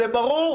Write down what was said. זה ברור,